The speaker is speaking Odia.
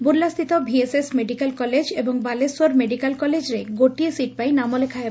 ବୁଲାସ୍ସିତ ଭିଏସ୍ଏସ୍ ମେଡ଼ିକାଲ କଳେଜ ଏବଂ ବାଲେଶ୍ୱର ମେଡ଼ିକାଲ କଲେଜରେ ଗୋଟିଏ ସିଟ୍ ପାଇଁ ନାମଲେଖା ହେବ